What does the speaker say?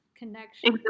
connection